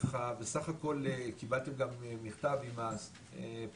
ככה סך הכל קיבלתם גם מכתב עם הפרויקטים